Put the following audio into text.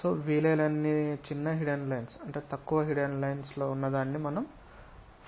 so వీలైనన్ని చిన్న hidden lines మనం దానిని ఫ్రంట్ వ్యూ కు తీసుకురావాలి